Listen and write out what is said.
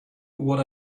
what